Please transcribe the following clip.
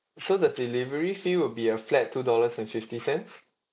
so the delivery fee will be a flat two dollars and fifty cents